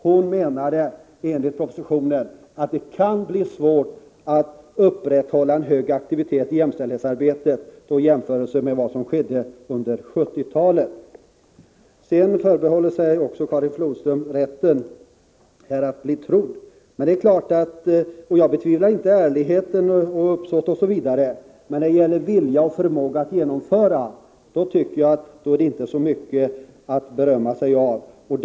Hon menade enligt propositionen att det kan bli svårt att upprätthålla en hög aktivitet i jämställdhetsarbetet i jämförelse med vad som skedde under 1970-talet. Karin Flodström kräver sedan att bli trodd. Jag betvivlar inte ärlighet, gott uppsåt osv. Men när det gäller vilja och förmåga att genomföra finns det inte så mycket att berömma sig av, tycker jag.